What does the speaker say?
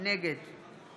נגד